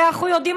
הרי אנחנו יודעים,